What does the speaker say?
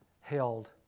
held